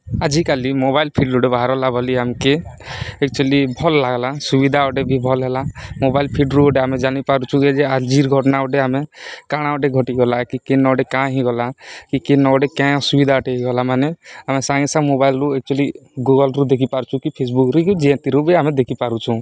ଆଜିକାଲି mobile feed ଗୋଟେ ବାହାରଲା ବୋଲି ଆମ୍କେ ଏକ୍ଚୁଆଲି ଭଲ୍ ଲାଗ୍ଲା ସୁବିଧା ଗୁଟେ ବି ଭଲ୍ ହେଲା ମୋବାଇଲ୍ ଫିଡ଼୍ରୁୁ ଗୁଟେ ଆମେ ଜଣିପାରୁଚୁ କି ଯେ ଆଜିର୍ ଘଟ୍ଣା ଗୁଟେ ଆମେ କାଣା ଗୁଟେ ଘଟିଗଲା କି କେନ ଗୁଟେ କାଣା ହେଇଗଲା କି କେନ ଗୁଟେ କେଁ ଅସୁବିଧା ଗୁଟେ ହେଇଗଲା ମାନେ ଆମେ ସାଙ୍ଗେ ସାଙ୍ଗେ ମୋବାଇଲ୍ରୁୁ ଏକ୍ଚୁଆଲି ଗୁଗଲ୍ରୁ ଦେଖିପାରୁଚୁ କି ଫେସ୍ବୁକ୍ରୁ କି ଯେନ୍ତିରୁ ବି ଆମେ ଦେଖିପାରୁଛୁ